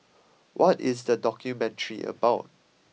what is the documentary about